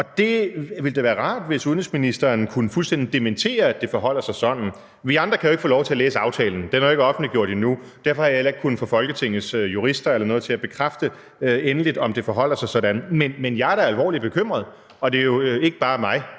Det ville da være rart, hvis udenrigsministeren fuldstændig kunne dementere, at det forholder sig sådan. Vi andre kan jo ikke få lov til at læse aftalen. Den er jo ikke offentliggjort endnu. Derfor har jeg heller ikke kunnet få Folketingets jurister eller andre til at bekræfte endeligt, om det forholder sig sådan. Men jeg er da alvorligt bekymret. Det er jo ikke bare mig